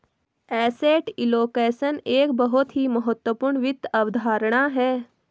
asset allocation एक बहुत ही महत्वपूर्ण वित्त अवधारणा है